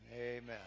Amen